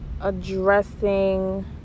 addressing